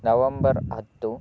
November ಹತ್ತು